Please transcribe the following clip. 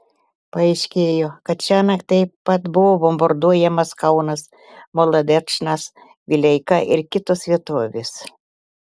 paaiškėjo kad šiąnakt taip pat buvo bombarduojamas kaunas molodečnas vileika ir kitos vietovės